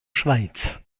schweiz